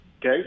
Okay